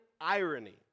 irony